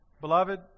Beloved